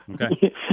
okay